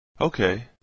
Okay